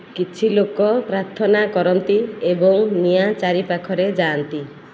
କିଛି ଲୋକ ପ୍ରାର୍ଥନା କରନ୍ତି ଏବଂ ନିଆଁ ଚାରିପାଖରେ ଯାଆନ୍ତି